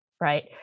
Right